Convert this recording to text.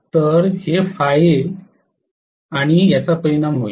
तर हे आहे आणि याचा परिणाम होईल